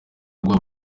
rwabo